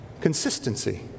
consistency